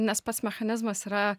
nes pats mechanizmas yra